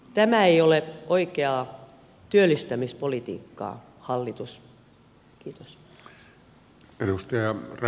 tämä ei ole oikeaa työllistämispolitiikkaa hallitus